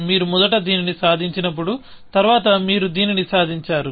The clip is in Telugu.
మీరు మొదట దీనిని సాధించినప్పుడు తరువాత మీరు దీనిని సాధించారు